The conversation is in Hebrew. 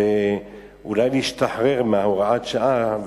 ואולי להשתחרר מהוראת השעה.